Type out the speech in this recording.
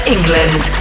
England